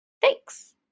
thanks